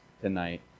tonight